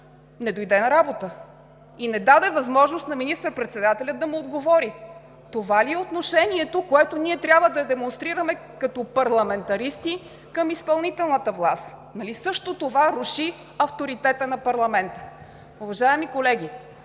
не дойде на работа, и не даде възможност на министър-председателя да ѝ отговори. Това ли е отношението, което ние трябва да демонстрираме като парламентаристи към изпълнителната власт? Нали също това руши авторитета на парламента? Уважаеми колеги,